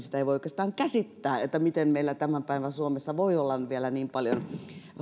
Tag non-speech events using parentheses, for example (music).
(unintelligible) sitä ei voi oikeastaan käsittää miten meillä tämän päivän suomessa voi vielä olla niin paljon